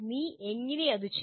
നീ എങ്ങനെ അതു ചെയ്തു